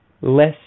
less